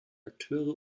akteure